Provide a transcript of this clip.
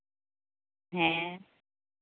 ᱦᱮᱸ